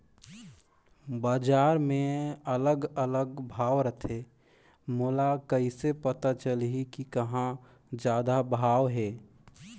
बजार मे अलग अलग भाव रथे, मोला कइसे पता चलही कि कहां जादा भाव हे?